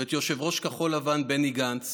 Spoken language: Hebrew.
ואת יושב-ראש כחול לבן בני גנץ